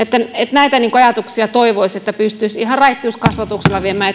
näitä ajatuksia toivoisi pystyttävän ihan raittiuskasvatuksella viemään